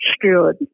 steward